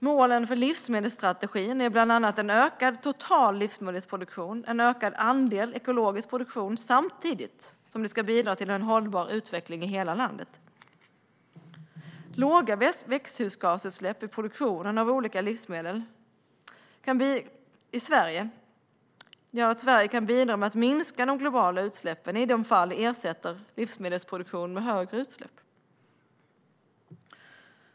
Målen för livsmedelsstrategin är bland annat en ökad total livsmedelsproduktion och en ökad andel ekologisk produktion samtidigt som målet ska bidra till hållbar utveckling i hela landet. Med låga växthusgasutsläpp i produktionen av olika livsmedel kan Sverige bidra till att minska de globala utsläppen, i de fall den ersätter livsmedelsproduktion med högre utsläpp.